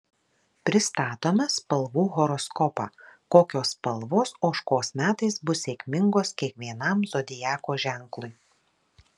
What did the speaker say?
pristatome spalvų horoskopą kokios spalvos ožkos metais bus sėkmingos kiekvienam zodiako ženklui